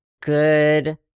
Good